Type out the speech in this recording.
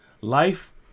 life